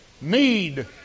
need